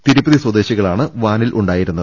തിരുപ്പതി സ്വദേശിക ളാണ് വാനിലുണ്ടായിരുന്നത്